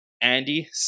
Andy